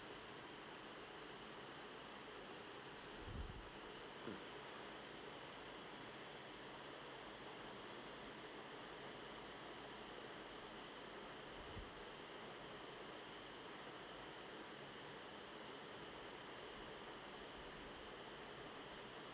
mm